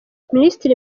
minisitiri